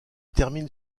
termine